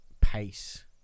pace